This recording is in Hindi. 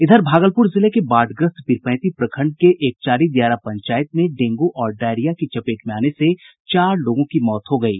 इधर भागलपुर जिले के बाढ़ग्रस्त पीरपैंती प्रखंड के एकचारी दियारा पंचायत में डेंगू और डायरिया की चपेट में आने से चार लोगों की मौत हो गई है